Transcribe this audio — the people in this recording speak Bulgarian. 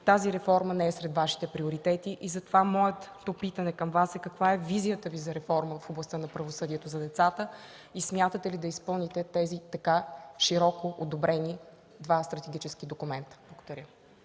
като че ли не е сред Вашите приоритети. Затова моето питане към Вас е: каква е визията Ви за реформа в областта на правосъдието за децата и смятате ли да изпълните тези така широко одобрени два стратегически документа? Благодаря.